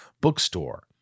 bookstore